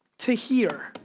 to here,